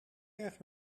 erg